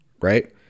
right